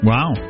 Wow